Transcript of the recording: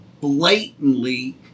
blatantly